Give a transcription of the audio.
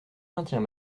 maintiens